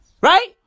Right